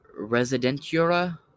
residentura